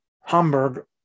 Hamburg